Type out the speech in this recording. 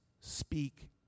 speak